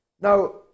Now